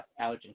allergen